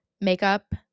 makeup